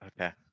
Okay